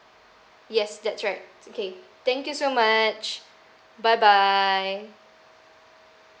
yes that's right okay thank you so much bye bye